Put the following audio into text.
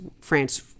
France